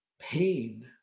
pain